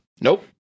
Nope